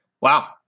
Wow